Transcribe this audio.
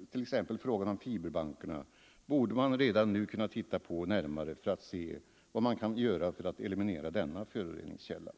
— t.ex. frågan om fiberbankarna — borde man redan nu kunna titta närmare på för att se vad man kan göra för att eliminera denna föroreningskälla.